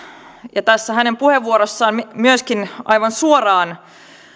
ja tässä hänen puheenvuorossaan myöskin aivan suoraan